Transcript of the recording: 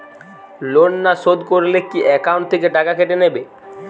Loan না শোধ করলে কি একাউন্ট থেকে টাকা কেটে নেবে?